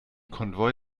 konvoi